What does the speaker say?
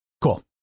Cool